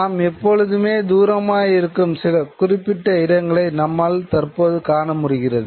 நமக்கு எப்போதுமே தூரமாய் இருக்கும் சில குறிப்பிட்ட இடங்களை நம்மால் தற்போது காணமுடிகிறது